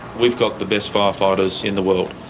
we've got the best fire fighters in the world,